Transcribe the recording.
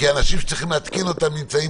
כי אנשים שצריכים להתקין אותן נמצאים